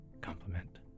compliment